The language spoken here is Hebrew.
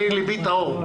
אני, ליבי טהור.